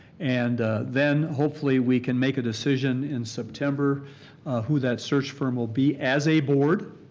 and then hopefully we can make a decision in september who that search firm will be as a board.